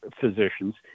physicians